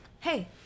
hey